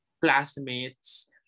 classmates